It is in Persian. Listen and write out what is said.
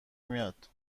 میاد